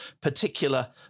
particular